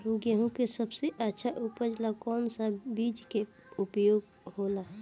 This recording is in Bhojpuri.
गेहूँ के सबसे अच्छा उपज ला कौन सा बिज के उपयोग होला?